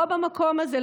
פה במקום הזה,